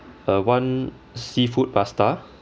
uh one seafood pasta